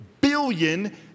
billion